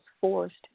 forced